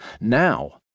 Now